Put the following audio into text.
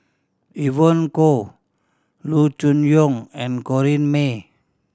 Evon Kow Loo Choon Yong and Corrinne May